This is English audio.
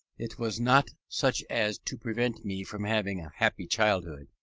it was not such as to prevent me from having a happy childhood.